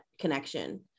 connection